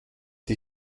die